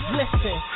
listen